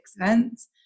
events